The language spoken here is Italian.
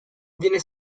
viene